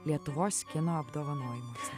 lietuvos kino apdovanojimuose